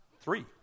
Three